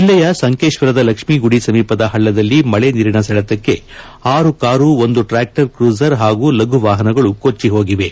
ಜಿಲ್ಲೆಯ ಸಂಕೇಶ್ವರದ ಲಕ್ಷ್ಮಿಗುಡಿ ಸಮೀಪದ ಪಳ್ಳದಲ್ಲಿ ಮಳೆ ನೀರಿನ ಸೆಳೆತಕ್ಕೆ ಆರು ಕಾರು ಒಂದು ಟ್ರಾಕ್ಷರ್ ಕ್ರೂಸರ್ ಪಾಗೂ ಲಘು ವಾಹನಗಳು ಕೊಟ್ಟ ಹೋಗಿವೆ